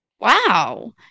wow